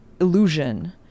illusion